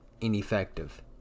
ineffective